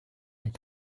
est